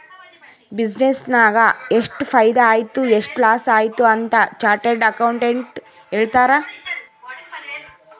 business ನಾಗ್ ಎಷ್ಟ ಫೈದಾ ಆಯ್ತು ಎಷ್ಟ ಲಾಸ್ ಆಯ್ತು ಅಂತ್ ಚಾರ್ಟರ್ಡ್ ಅಕೌಂಟೆಂಟ್ ಹೇಳ್ತಾರ್